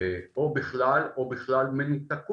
או בכלל מנותקות